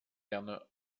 gerne